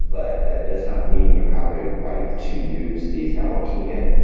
but that does not mean you have a right to use these networks and again,